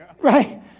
Right